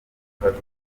hazaza